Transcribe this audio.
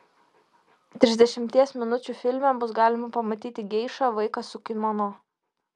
trisdešimties minučių filme bus galima pamatyti geišą vaiką su kimono